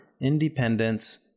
independence